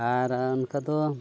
ᱟᱨ ᱚᱱᱠᱟ ᱫᱚ